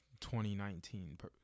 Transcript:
2019